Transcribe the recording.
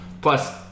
Plus